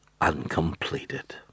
uncompleted